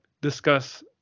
discuss